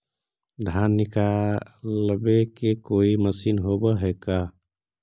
धान निकालबे के कोई मशीन होब है का?